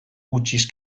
utziz